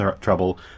trouble